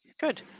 Good